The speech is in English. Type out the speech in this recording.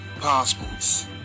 passports